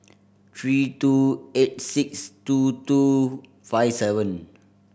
three two eight six two two five seven